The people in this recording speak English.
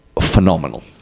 phenomenal